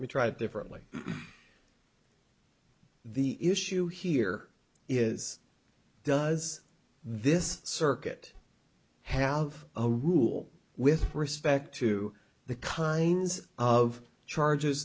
we tried differently the issue here is does this circuit have a rule with respect to the kinds of charges